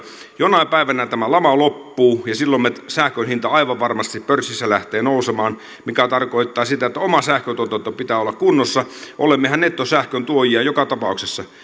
jonain päivänä tämä lama loppuu ja silloin sähkön hinta aivan varmasti pörssissä lähtee nousemaan mikä tarkoittaa sitä että oman sähköntuotannon pitää olla kunnossa olemmehan nettosähköntuojia joka tapauksessa